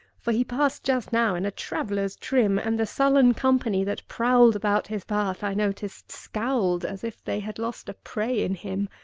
for he past just now in a traveller's trim, and the sullen company that prowled about his path, i noticed, scowled as if they had lost a prey in him.